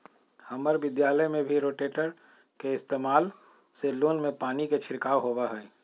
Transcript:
हम्मर विद्यालय में भी रोटेटर के इस्तेमाल से लोन में पानी के छिड़काव होबा हई